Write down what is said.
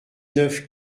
neuf